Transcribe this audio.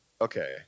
Okay